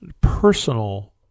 personal